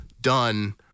done